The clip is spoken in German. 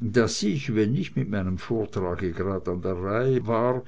daß ich wenn ich mit meinem vortrage gerade an der reihe war